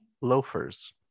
loafers